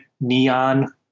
neon